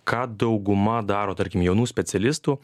ką dauguma daro tarkim jaunų specialistų